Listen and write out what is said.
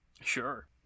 Sure